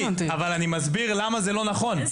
קטי, אני מסביר למה זה לא נכון.